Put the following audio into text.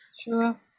Sure